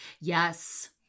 yes